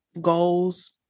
goals